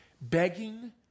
begging